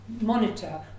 monitor